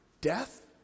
Death